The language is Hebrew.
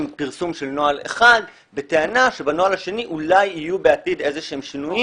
פרסום שלנו אחד בטענה שבנוהל השני אולי יהיו בעתיד איזה שהם שינויים,